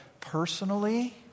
personally